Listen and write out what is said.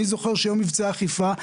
אני זוכר שניו מבצעי אכיפה,